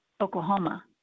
Oklahoma